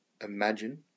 imagine